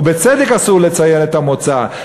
ובצדק אסור לציין את המוצא,